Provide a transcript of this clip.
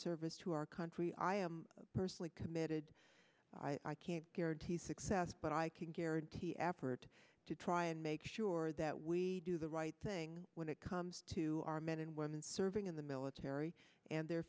service to our country i am personally committed i can success but i can guarantee effort to try and make sure that we do the right thing when it comes to our men and women serving in the military and their